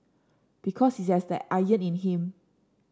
because he has that iron in him